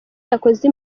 yakoze